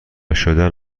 شدن